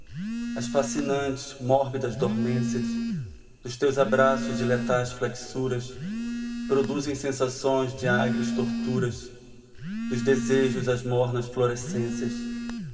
as fascinantes mórbidas dormências dos teus abraços de letais flexuras produzem sensações de agres torturas dos desejos as mornas florescências